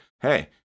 hey